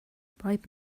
bribe